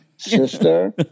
Sister